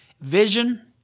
vision